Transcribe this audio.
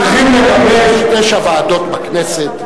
אנחנו צריכים לגבש תשע ועדות בכנסת,